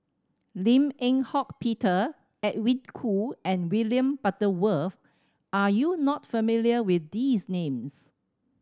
Lim Eng Hock Peter Edwin Koo and William Butterworth are you not familiar with these names